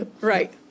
right